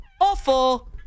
awful